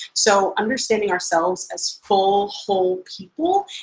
so understanding ourselves as full, whole people,